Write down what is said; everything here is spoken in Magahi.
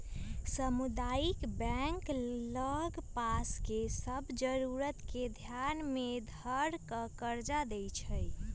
सामुदायिक बैंक लग पास के सभ जरूरत के ध्यान में ध कऽ कर्जा देएइ छइ